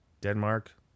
Denmark